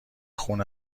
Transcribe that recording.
خون